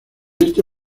este